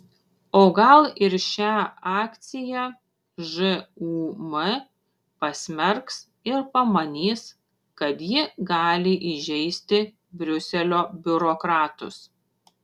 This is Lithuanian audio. o gal ir šią akciją žūm pasmerks ir pamanys kad ji gali įžeisti briuselio biurokratus